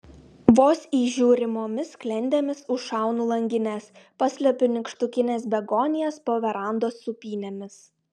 vos įžiūrimomis sklendėmis užšaunu langines paslepiu nykštukines begonijas po verandos sūpynėmis